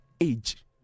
age